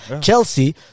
Chelsea